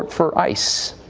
for ice.